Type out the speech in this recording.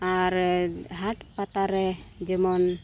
ᱟᱨ ᱦᱟᱴ ᱯᱟᱛᱟᱨᱮ ᱡᱮᱢᱚᱱ